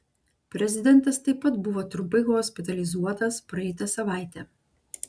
prezidentas taip pat buvo trumpai hospitalizuotas praeitą savaitę